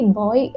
boy